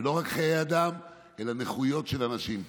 ולא רק חיי אדם אלא נכויות של אנשים.